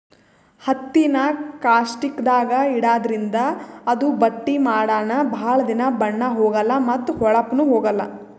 ಹತ್ತಿನಾ ಕಾಸ್ಟಿಕ್ದಾಗ್ ಇಡಾದ್ರಿಂದ ಅದು ಬಟ್ಟಿ ಮಾಡನ ಭಾಳ್ ದಿನಾ ಬಣ್ಣಾ ಹೋಗಲಾ ಮತ್ತ್ ಹೋಳಪ್ನು ಹೋಗಲ್